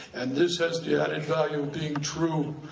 and this has the added value of being true.